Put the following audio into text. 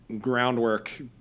Groundwork